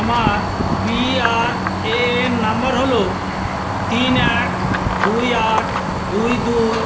আমার P R A N number হলো তিন এক দুই আট দুই দুই